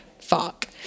fuck